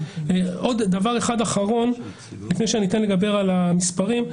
דבר אחד אחרון לפני שאני אתן לנציגים להציג את המספרים.